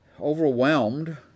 overwhelmed